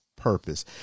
purpose